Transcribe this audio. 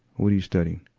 what are you studying?